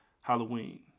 Halloween